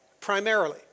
primarily